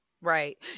Right